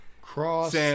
cross